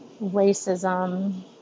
racism